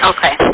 Okay